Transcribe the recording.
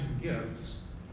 gifts